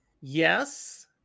Yes